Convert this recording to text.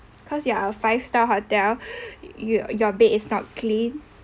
because you are a five star hotel your your bed is not clean